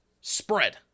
spread